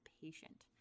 patient